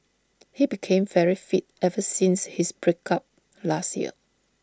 he became very fit ever since his break up last year